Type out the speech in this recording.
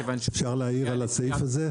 מכיוון שהוא נוגע -- אפשר להעיר על הסעיף הזה?